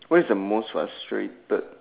what's the most frustrated that